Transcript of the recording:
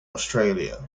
australia